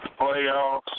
playoffs